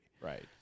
Right